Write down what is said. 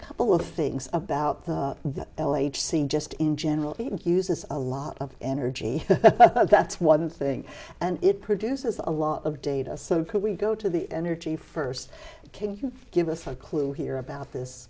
couple of things about that age seem just in general uses a lot of energy that's one thing and it produces a lot of data so could we go to the energy first can you give us a clue here about this